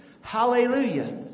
Hallelujah